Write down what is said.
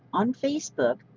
on facebook,